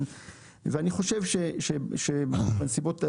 אני חושב שבנסיבות האלה,